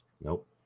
Nope